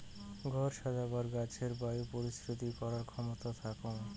ঘর সাজেবার গছের বায়ু পরিশ্রুতি করার ক্ষেমতা থাকং